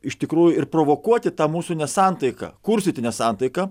iš tikrųjų ir provokuoti tą mūsų nesantaiką kurstyti nesantaiką